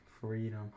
Freedom